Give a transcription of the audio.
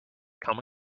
come